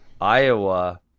Iowa